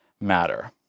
matter